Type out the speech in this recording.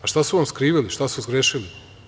A, šta su vam skrivili, šta su zgrešili?